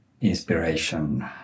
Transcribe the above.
inspiration